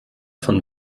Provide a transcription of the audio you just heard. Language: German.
von